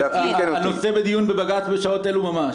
הנושא בדיון בבג"צ בשעות אלו ממש.